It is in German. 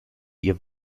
ihr